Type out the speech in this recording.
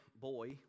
boy